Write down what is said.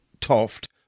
Toft